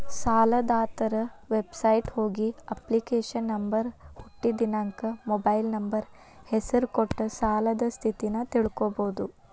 ಸಾಲದಾತರ ವೆಬಸೈಟ್ಗ ಹೋಗಿ ಅಪ್ಲಿಕೇಶನ್ ನಂಬರ್ ಹುಟ್ಟಿದ್ ದಿನಾಂಕ ಮೊಬೈಲ್ ನಂಬರ್ ಹೆಸರ ಕೊಟ್ಟ ಸಾಲದ್ ಸ್ಥಿತಿನ ತಿಳ್ಕೋಬೋದು